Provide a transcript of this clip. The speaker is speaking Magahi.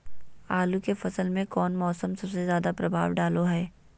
आलू के फसल में कौन मौसम सबसे ज्यादा प्रभाव डालो हय?